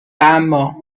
اما